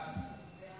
ההצעה